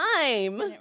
time